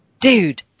Dude